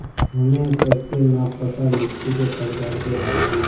हमें सबके न पता मिट्टी के प्रकार के बारे में?